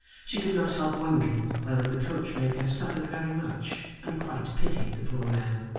she could not help wondering whether the coach-maker suffered very much, and quite pitied the poor man.